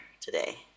today